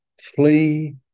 flee